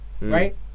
Right